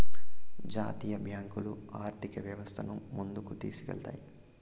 జాతీయ బ్యాంకులు ఆర్థిక వ్యవస్థను ముందుకు తీసుకెళ్తాయి